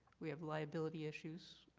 we have liability issues.